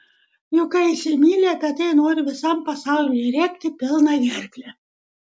juk kai įsimyli apie tai nori visam pasauliui rėkti pilna gerkle